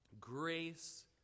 grace